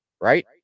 Right